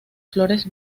flores